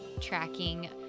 tracking